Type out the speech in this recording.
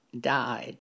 died